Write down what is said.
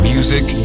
Music